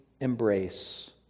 embrace